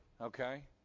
Okay